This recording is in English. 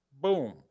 boom